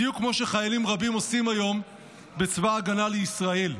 בדיוק כמו שחיילים רבים עושים היום בצבא ההגנה לישראל.